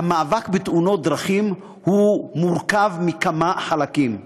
המאבק בתאונות דרכים מורכב מכמה חלקים: